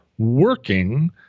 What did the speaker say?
Working